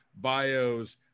bios